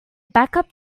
backup